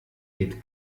geht